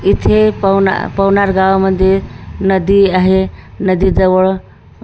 इथे पोवना पवनार गावामध्ये नदी आहे नदीजवळ